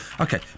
Okay